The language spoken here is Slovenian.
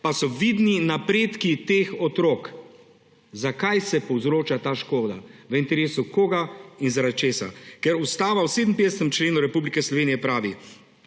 pa so vidni napredki teh otrok. Zakaj se povzroča ta škoda, v interesu koga in zaradi česa? Ker Ustava v 57. členu Republike Slovenije pravi: